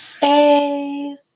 Hey